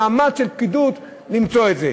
זה קצת מאמץ של פקידוּת למצוא את זה,